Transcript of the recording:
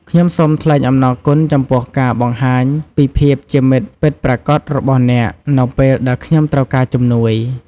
ខ្ញុំសូមថ្លែងអំណរគុណចំពោះការបង្ហាញពីភាពជាមិត្តពិតប្រាកដរបស់អ្នក នៅពេលដែលខ្ញុំត្រូវការជំនួយ។